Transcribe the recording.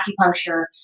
acupuncture